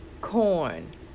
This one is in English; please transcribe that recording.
corn